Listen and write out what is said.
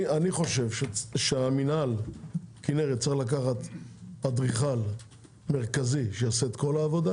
אני חושב שמינהל הכנרת צריך לקחת אדריכל מרכזי שיעשה את כל העבודה,